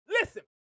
Listen